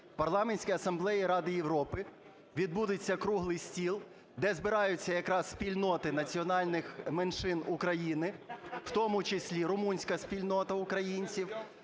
Парламентській асамблеї Ради Європи відбудеться круглий стіл, де збираються якраз спільноти національних меншин України, в тому числі, Румунська спільнота українців,